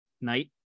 night